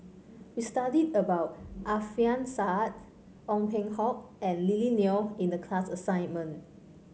we studied about Alfian Sa'at Ong Peng Hock and Lily Neo in the class assignment